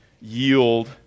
yield